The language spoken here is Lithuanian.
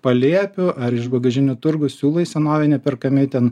palėpių ar iš bagažinių turgų siūlai senoviniai perkami ten